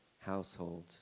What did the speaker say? household